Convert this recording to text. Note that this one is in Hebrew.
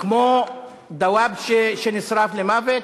כמו דוואבשה שנשרף למוות,